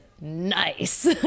Nice